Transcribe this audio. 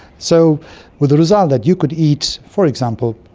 so with the result that you could eat, for example,